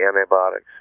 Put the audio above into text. Antibiotics